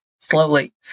slowly